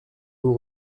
vous